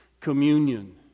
Communion